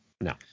No